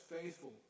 faithful